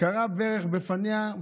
כרע ברך בפניה,